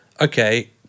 Okay